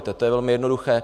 To je velmi jednoduché.